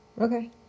Okay